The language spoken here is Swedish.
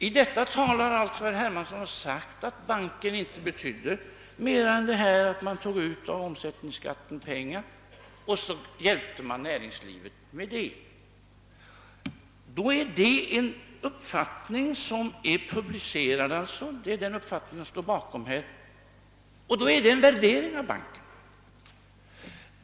I detta tal har herr Hermansson alltså sagt, att införandet av banken bara betyder att man tar ut pengar genom omsättningsskatten och hjälper näringslivet med dem. Det är detta yttrande som har publicerats, och det är alltså hans värdering då av banken.